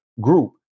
group